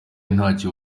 ntacyo